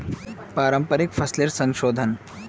पारंपरिक फसलेर संशोधन